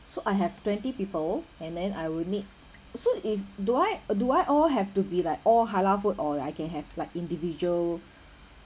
so I have twenty people and then I will need so if do I do I all have to be like all halal food or I can have like individual